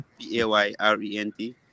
P-A-Y-R-E-N-T